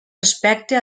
respecte